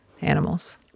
animals